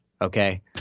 okay